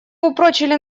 упрочили